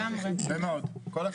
יפה מאוד, כל הכבוד.